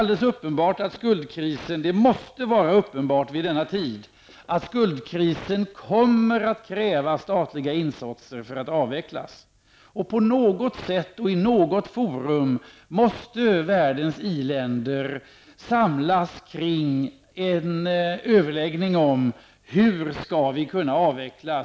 Det måste vara uppenbart att skuldkrisen kommer att kräva statliga insatser för att kunna avvecklas. På något sätt och i något forum måste världens industriländer samlas kring en överläggning om hur skuldkrisen skall avvecklas.